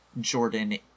Jordan